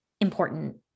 important